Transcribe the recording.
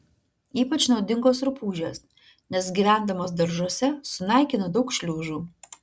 ypač naudingos rupūžės nes gyvendamos daržuose sunaikina daug šliužų